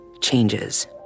changes